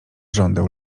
żądeł